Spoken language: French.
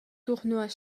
tournois